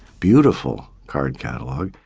beautiful card catalog.